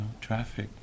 traffic